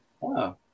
Wow